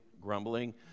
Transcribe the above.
grumbling